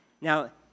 Now